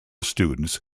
students